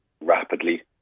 rapidly